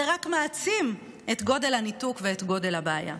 זה רק מעצים את גודל הניתוק ואת גודל הבעיה.